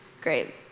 Great